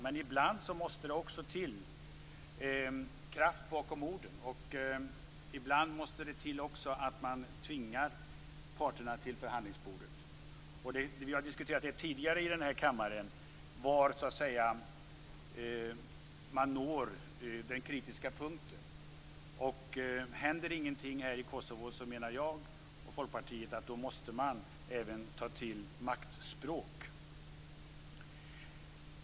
Men ibland måste det också till kraft bakom orden. Ibland måste det till att man tvingar parterna till förhandlingsbordet. Vi har tidigare diskuterat i den här kammaren var man når den kritiska punkten. Händer det ingenting i Kosovo menar jag och Folkpartiet att man även måste ta till maktspråk.